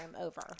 over